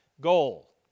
goal